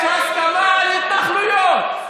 יש הסכמה על התנחלויות,